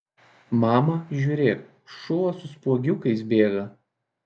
mama žiūrėk šuo su spuogiukais bėga